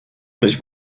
myśl